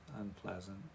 unpleasant